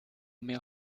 mehr